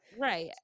right